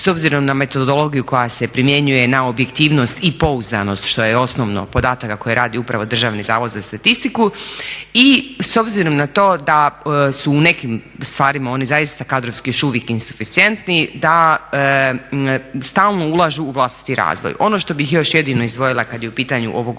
s obzirom na metodologiju koja se primjenjuje, na objektivnost i pouzdanost što je osnovno podataka koje radi upravo Državni zavod za statistiku. I s obzirom na to da su u nekim stvarima oni zaista kadrovski još uvijek insuficijentni, da stalno ulažu u vlastiti razvoj. Ono što bih još jedino izdvojila kad je u pitanju